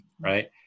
right